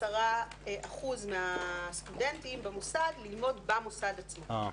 10% מהסטודנטים במוסד ללמוד במוסד עצמו.